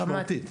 דרמטית.